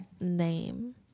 name